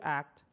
act